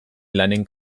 lanen